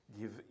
Give